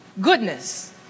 Goodness